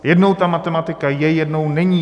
Jednou ta matematika je, jednou není.